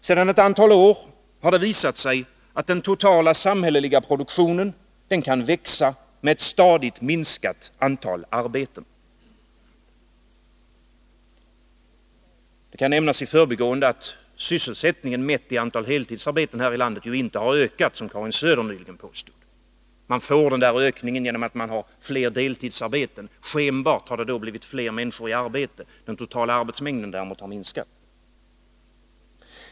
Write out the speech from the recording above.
Sedan ett antal år har det visat sig att den totala samhälleliga produktionen kan växa med ett stadigt minskat antal arbetande. Det kan nämnas i förbigående att sysselsättningen, mätt i antal heltidsarbeten, inte har ökat här i landet, som Karin Söder ville påstå. Man får denna ökning genom att det finns fler deltidsarbeten. Skenbart har det då blivit fler människor i arbete. Den totala arbetsmängden däremot har minskat.